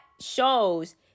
shows